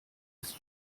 ist